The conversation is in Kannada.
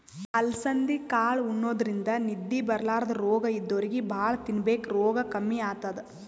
ಅಲಸಂದಿ ಕಾಳ್ ಉಣಾದ್ರಿನ್ದ ನಿದ್ದಿ ಬರ್ಲಾದ್ ರೋಗ್ ಇದ್ದೋರಿಗ್ ಭಾಳ್ ತಿನ್ಬೇಕ್ ರೋಗ್ ಕಮ್ಮಿ ಆತದ್